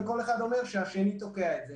וכל אחד אומר שהשני תוקע את זה.